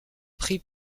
prit